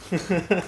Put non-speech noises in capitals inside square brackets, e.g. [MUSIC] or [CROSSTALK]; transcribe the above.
[LAUGHS]